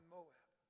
Moab